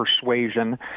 persuasion